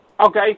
Okay